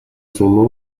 son